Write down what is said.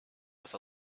with